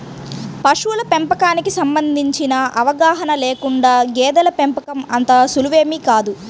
పశువుల పెంపకానికి సంబంధించిన అవగాహన లేకుండా గేదెల పెంపకం అంత సులువేమీ కాదు